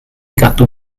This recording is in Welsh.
gadw